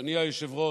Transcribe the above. אדוני היושב-ראש,